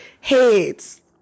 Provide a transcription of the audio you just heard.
heads